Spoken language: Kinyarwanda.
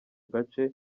gace